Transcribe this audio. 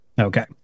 Okay